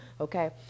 Okay